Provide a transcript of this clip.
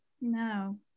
No